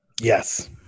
Yes